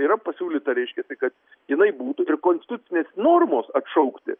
yra pasiūlyta reiškiasi kad jinai būtų ir konstitucinės normos atšaukti